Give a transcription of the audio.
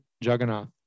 Jagannath